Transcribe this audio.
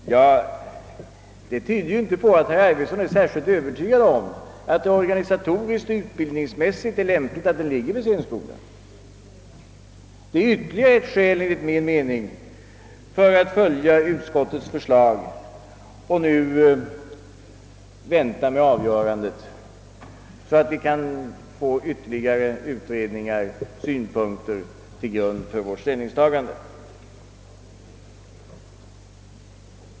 Detta tyder inte på att herr Arvidson är särskilt övertygad om att det organisatoriskt och utbildningsmässigt är lämpligt att den ligger vid scenskolan. Det är enligt min mening ytterligare ett skäl för att följa utskottsmajoriteten och vänta med avgörandet, så att vi kan få ytterligare utredningar och synpunkter till grund för vårt ställningstagande.